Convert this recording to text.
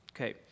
Okay